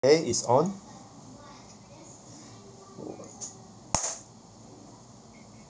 K it's on